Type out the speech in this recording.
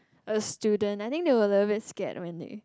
a student I think they were a little bit scared when they